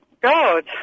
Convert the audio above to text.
God